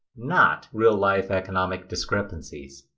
not real life economic discrepancies.